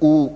U